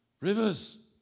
Rivers